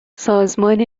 سازمان